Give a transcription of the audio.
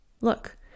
Look